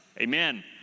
Amen